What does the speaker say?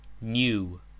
New